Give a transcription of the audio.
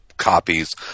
copies